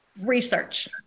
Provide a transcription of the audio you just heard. Research